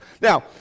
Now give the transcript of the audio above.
now